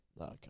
okay